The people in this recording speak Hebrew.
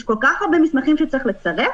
יש כל כך הרבה מסמכים שצריך להמציא,